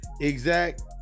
exact